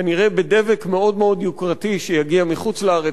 כנראה בדבק מאוד מאוד יוקרתי שיגיע מחוץ-לארץ,